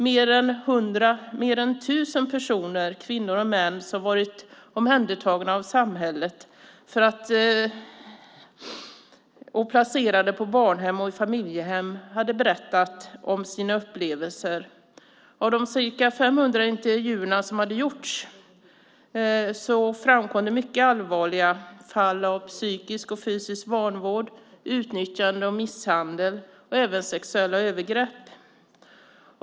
Mer än tusen personer, kvinnor och män som varit omhändertagna av samhället och som varit placerade i barnhem och familjehem, har berättat om sina upplevelser. Av de ca 500 intervjuer som gjorts framkom mycket allvarliga fall av psykisk och fysisk vanvård, av utnyttjande och misshandel och även av sexuella övergrepp.